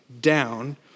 down